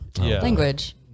language